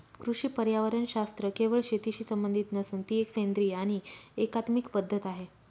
कृषी पर्यावरणशास्त्र केवळ शेतीशी संबंधित नसून ती एक सेंद्रिय आणि एकात्मिक पद्धत आहे